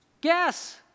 Guess